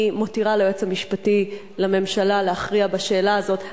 אני מותירה ליועץ המשפטי לממשלה להכריע בשאלה הזאת.